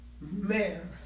mayor